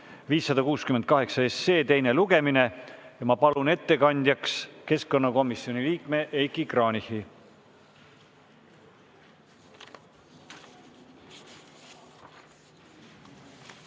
568 teine lugemine. Ma palun ettekandjaks keskkonnakomisjoni liikme Heiki Kranichi.